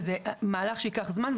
וזה מהלך שייקח זמן,